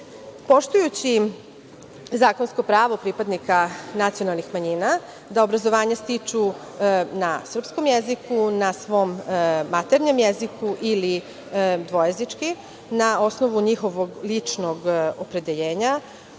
zakonsko pravo pripadnika nacionalnih manjina da obrazovanje stiču na srpskom jeziku, na svom maternjem jeziku, ili dvojezički, na osnovu njihovog ličnog opredeljenja,